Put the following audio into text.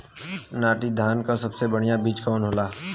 नाटी धान क सबसे बढ़िया बीज कवन होला?